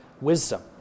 wisdom